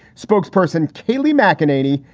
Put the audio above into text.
spokesperson kelly mccann, eighty,